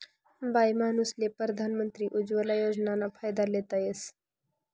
बाईमानूसले परधान मंत्री उज्वला योजनाना फायदा लेता येस